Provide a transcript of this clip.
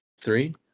three